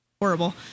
horrible